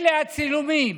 אלה הצילומים: